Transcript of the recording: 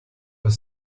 your